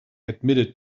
admitted